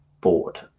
board